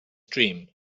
dream